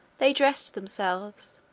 they dressed themselves,